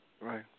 Right